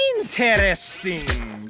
interesting